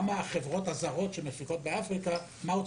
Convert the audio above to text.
ההוצאות של חברות הזרות שמפיקות באפריקה.